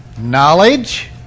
Knowledge